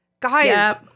Guys